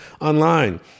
online